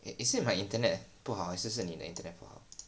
it is my internet 不好还是你的 internet 不好